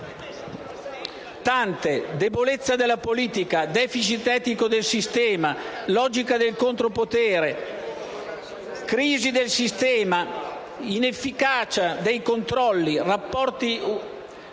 Tante: debolezza della politica, *deficit* tecnico del sistema, logica del contropotere, crisi del sistema, inefficacia dei controlli, rapporti